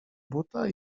buta